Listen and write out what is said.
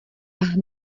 ach